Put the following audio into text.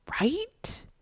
right